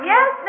Yes